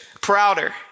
prouder